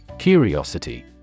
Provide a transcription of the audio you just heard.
Curiosity